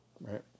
right